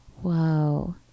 Whoa